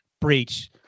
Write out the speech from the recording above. breach